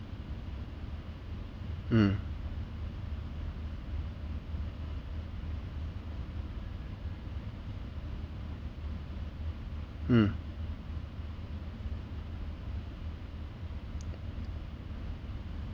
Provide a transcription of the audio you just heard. mm mm